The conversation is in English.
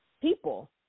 people